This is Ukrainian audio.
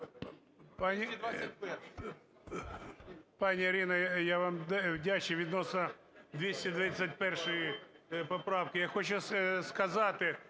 Пані Ірино, я вам вдячний відносно 221 поправки. Я хочу сказати